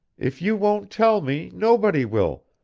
if you won't tell me, nobody will,